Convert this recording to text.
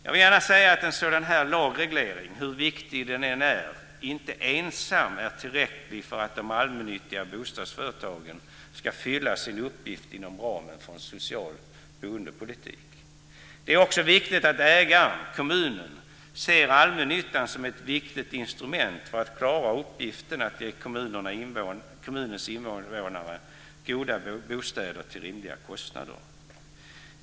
Jag vill gärna säga att en sådan här lagreglering, hur viktig den än är, inte ensam är tillräcklig för att de allmännyttiga bostadsföretagen ska fylla sin uppgift inom ramen för en social boendepolitik. Det är också viktigt att ägaren, kommunen, ser allmännyttan som ett viktigt instrument för att klara uppgiften att ge kommunens invånare goda bostäder till rimliga kostnader.